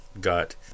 got